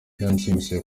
byaranshimishije